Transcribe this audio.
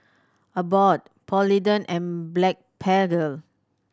Abbott Polident and Blephagel